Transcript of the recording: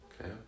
Okay